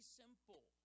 simple